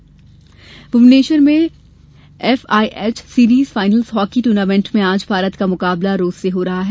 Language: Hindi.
हॉकी टूर्नामेंट भुवनेश्वर में FIH series finals hockey tournament में आज भारत का मुकाबला रूस से हो रहा है